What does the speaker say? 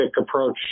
approach